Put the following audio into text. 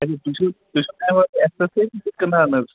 اچھا تُہۍ چھو تُہۍ چھو امہ وَرٲے ایٚسَسِریٖز تہِ کنان حظ